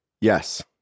Yes